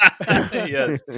Yes